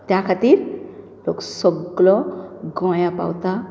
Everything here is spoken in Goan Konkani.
त्या खातीर लोक सगलो गोंयांत पावता